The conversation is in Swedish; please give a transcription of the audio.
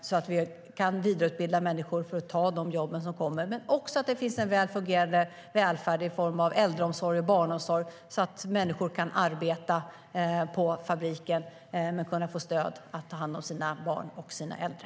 Människor ska kunna vidareutbildas så att de kan ta de jobb som finns, och det ska finnas en väl fungerande välfärd i form av äldreomsorg och barnomsorg så att människor kan arbeta på fabriken och få stöd att ta hand om sina barn och äldre.